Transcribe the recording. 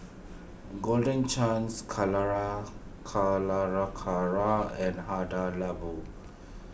Golden Chance Calera and Hada Labo